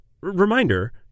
reminder